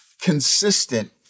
consistent